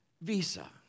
visa